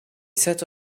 sat